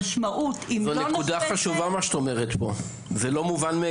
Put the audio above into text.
מה שאת אומרת פה זו נקודה חשובה,